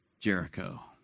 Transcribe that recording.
Jericho